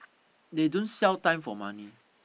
they don't sell time for money